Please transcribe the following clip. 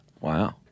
Wow